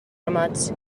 ramats